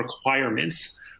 requirements